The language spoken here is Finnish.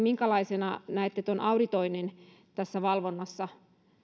minkälaisena näette auditoinnin valvonnassa